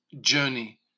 journey